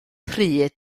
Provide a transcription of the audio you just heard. pryd